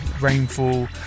rainfall